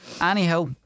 Anyhow